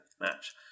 match